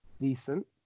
decent